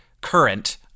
current